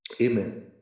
Amen